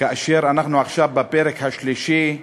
ואנחנו עכשיו בפרק השלישי,